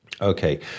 Okay